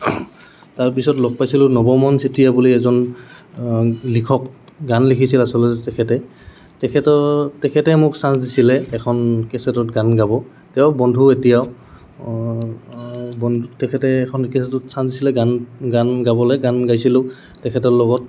তাৰপিছত লগ পাইছিলোঁ নৱমন চতিয়া বুলি এজন লিখক গান লিখিছিল আচলতে তেখেতে তেখেতৰ তেখেতে মোক চা্ঞ্চ দিছিলে এখন কেছেটত গান গাব তেওঁ বন্ধু এতিয়াও বন্ধু তেখেতে এখন কেছেটত চা্ঞ্চ দিছিলে গান গান গাবলৈ গান গাইছিলোঁ তেখেতৰ লগত